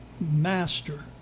master